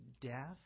death